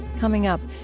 coming up,